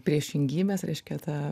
priešingybes reiškia ta